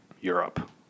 Europe